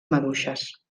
maduixes